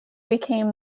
became